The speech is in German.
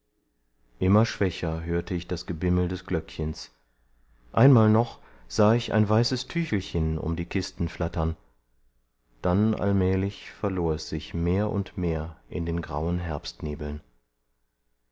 immer schwächer hörte ich das gebimmel des glöckchens einmal noch sah ich ein weißes tüchelchen um die kisten flattern dann allmählich verlor es sich mehr und mehr in den grauen